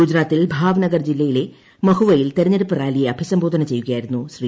ഗുജറാത്തിൽ ഭാവ്നഗർ ജില്ലയിലെ മഹുവയിൽ തെരഞ്ഞെടുപ്പ് റാലിയെ അഭിസംബോധന ചെയ്യുകയായിരുന്നു ശ്രീ